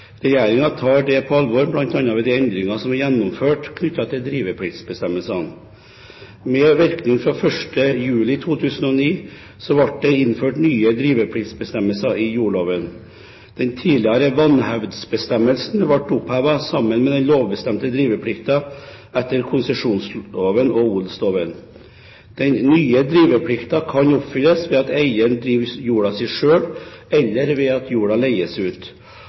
tar dette på alvor bl.a. ved de endringer som er gjennomført knyttet til drivepliktbestemmelsene. Med virkning fra 1. juli 2009 ble det innført nye drivepliktbestemmelser i jordloven. Den tidligere vanhevdsbestemmelsen ble opphevet sammen med den lovbestemte driveplikten etter konsesjonsloven og odelsloven. Den nye driveplikten kan oppfylles ved at eieren driver jorda si selv, eller ved at jorda leies ut.